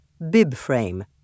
BibFrame